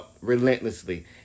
relentlessly